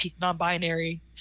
non-binary